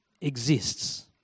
exists